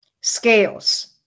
Scales